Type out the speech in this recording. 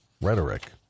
rhetoric